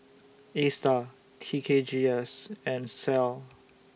ASTAR T K G S and Sal